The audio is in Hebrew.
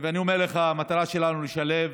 אני אומר לך שהמטרה שלנו לשלב,